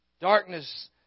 Darkness